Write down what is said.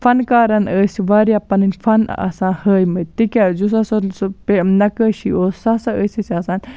فَنکارَن ٲسۍ واریاہ پَنٕنۍ فَن اسان ہٲیمٕتۍ تکیاز یُس ہَسا سُہ نَقٲشی اوس سُہ ہَسا ٲسۍ أسۍ آسان